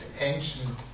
ancient